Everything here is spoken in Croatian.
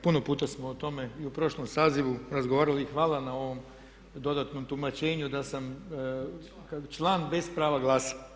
Puno puta smo o tome i u prošlom sazivu razgovarali i hvala na ovom dodatnom tumačenju da sam član bez prava glasa.